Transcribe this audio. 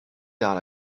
that